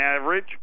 average